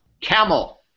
camel